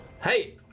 Hey